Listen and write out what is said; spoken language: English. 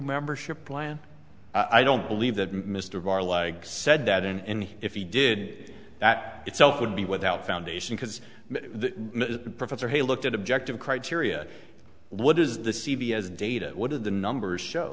membership plan i don't believe that mr barr legs said that and if he did that itself would be without foundation because the professor he looked at objective criteria what is the c b s data what did the numbers show